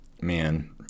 man